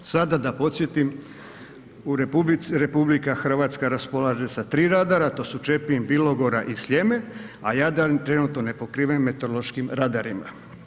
Sada da podsjetim, u RH, RH raspolaže sa 3 radara to su Čepin, Bilogora i Sljeme, a Jadran je trenutno nepokriven meteorološkim radarima.